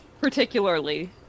particularly